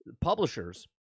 publishers